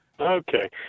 Okay